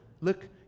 look